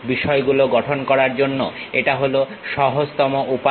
বিষয়গুলো গঠন করার জন্য এটা হল সহজতম উপায়